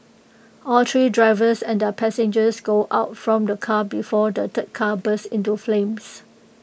all three drivers and their passengers go out from the car before the third car burst into flames